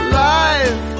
life